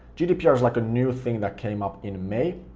gdpr's like a new thing that came up in may